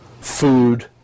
food